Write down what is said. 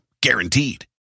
guaranteed